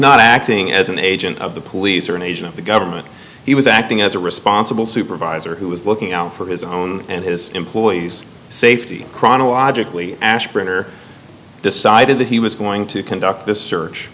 not acting as an agent of the police or an agent of the government he was acting as a responsible supervisor who was looking out for his own and his employees safety chronologically ashburner decided that he was going to conduct this